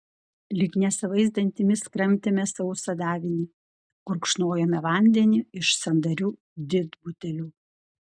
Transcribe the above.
lyg nesavais dantimis kramtėme sausą davinį gurkšnojome vandenį iš sandarių didbutelių